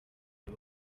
ari